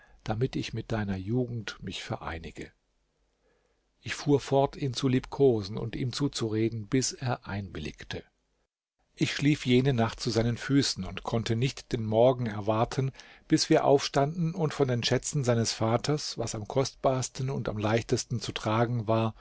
damit ich mit deiner jugend mich vereinige ich fuhr fort ihn zu liebkosen und ihm zuzureden bis er einwilligte ich schlief jene nacht zu seinen füßen und konnte nicht den morgen erwarten bis wir aufstanden und von den schätzen seines vaters was am kostbarsten und am leichtesten zu tragen war